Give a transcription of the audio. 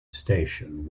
station